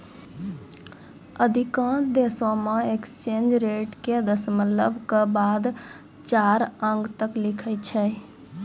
अधिकांश देशों मे एक्सचेंज रेट के दशमलव के बाद चार अंक तक लिखै छै